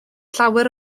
llawer